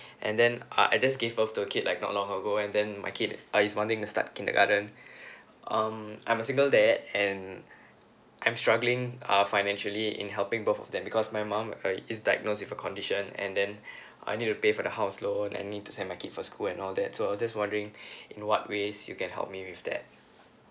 and then uh I just gave birth to a kid like not long ago and then my kid uh is wanting to start kindergarten um I'm single dad and I'm struggling uh financially in helping both of them because my mum uh is diagnosed with a condition and then I need to pay for the house loan I need to send my kid for school and all that so I just wondering in what ways you can help me with that